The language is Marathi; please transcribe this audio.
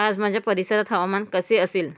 आज माझ्या परिसरात हवामान कसे असेल